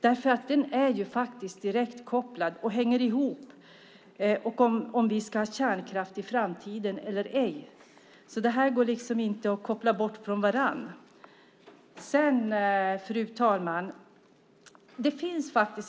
Det är direkt kopplat till och hänger ihop med om vi ska ha kärnkraft i framtiden eller ej. Det går inte att koppla bort från varandra. Fru talman!